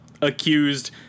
accused